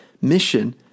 mission